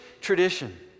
tradition